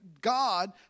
God